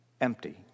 Empty